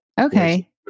Okay